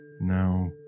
Now